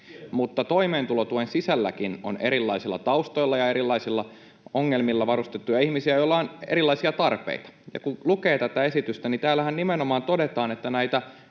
mutta toimeentulotuen sisälläkin on erilaisilla taustoilla ja erilaisilla ongelmilla varustettuja ihmisiä, joilla on erilaisia tarpeita. Kun lukee tätä esitystä, niin täällähän nimenomaan todetaan, että näitä